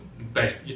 best